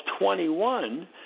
21